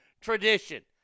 tradition